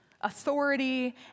authority